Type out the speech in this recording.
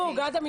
בעד?